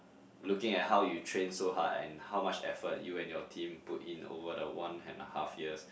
looking at how you train so hard and how much effort you and your team put in over the one and a half years